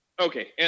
Okay